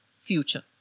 future